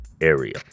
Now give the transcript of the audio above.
area